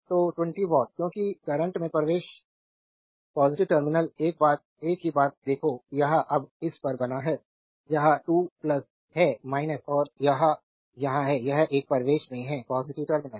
तो 20 वाट क्योंकि करंट में प्रवेश पॉजिटिव टर्मिनल एक ही बात देखो यह अब इस पर बना है यह 2 है और यह यहाँ है यह एक प्रवेश में है पॉजिटिव टर्मिनल